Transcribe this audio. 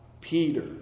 Peter